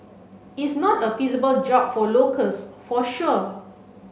is not a feasible job for locals for sure